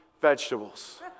vegetables